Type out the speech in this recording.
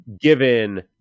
given